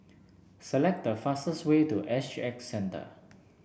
select the fastest way to S G X Centre